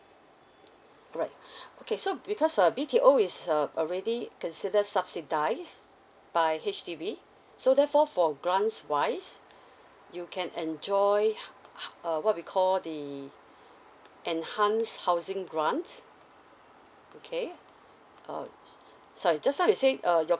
alright okay so because err B_T_O is err already consider subsidise by H_D_B so therefore for grants wise you can enjoy h~ h~ uh what we call the enhance housing grant okay uh sorry just now you say uh your